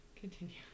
Continue